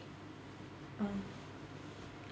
uh